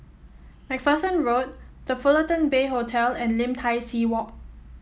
MacPherson Road The Fullerton Bay Hotel and Lim Tai See Walk